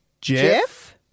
Jeff